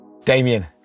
Damien